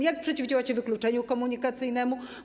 Jak przeciwdziałacie wykluczeniu komunikacyjnemu?